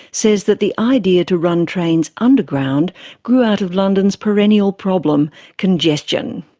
says that the idea to run trains underground grew out of london's perennial problem congestion.